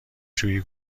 شویی